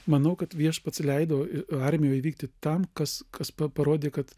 manau kad viešpats leido armijoj įvykti tam kas kas parodė kad